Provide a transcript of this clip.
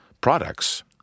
products